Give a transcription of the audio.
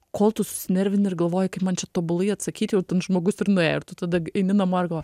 kol tu susinervini ir galvoji kaip man čia tobulai atsakyti jau ten žmogus ir nuėjo ir tu tada eini namo ir galvoji